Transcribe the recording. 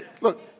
Look